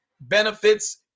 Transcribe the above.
benefits